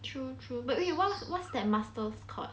true true but eh what what's that masters called